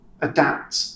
adapt